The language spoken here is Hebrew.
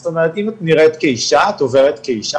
זאת אומרת אם את נראית כאישה את עוברת כאישה,